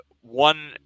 one